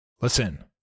Listen